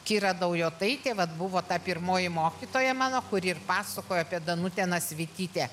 kira daujotaitė vat buvo ta pirmoji mokytoja mano kuri ir pasakojo apie danutę nasvytytę